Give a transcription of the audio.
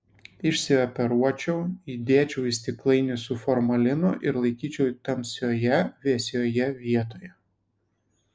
išsioperuočiau įdėčiau į stiklainį su formalinu ir laikyčiau tamsioje vėsioje vietoje